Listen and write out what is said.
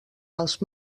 els